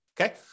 okay